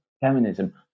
feminism